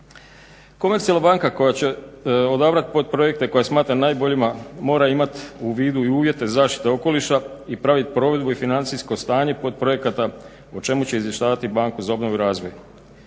Komercijalna banka koja će odabrati potprojekte koje smatra najboljima mora imati u vidu i uvjete zaštite okoliša i pravit provedbu i financijsko stanje potprojekata o čemu će izvještavati Banku za obnovu i razvoj.